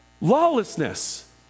lawlessness